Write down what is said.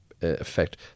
effect